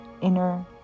inner